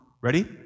ready